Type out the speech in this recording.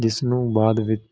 ਜਿਸ ਨੂੰ ਬਾਅਦ ਵਿੱਚ